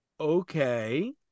Okay